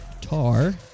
Tar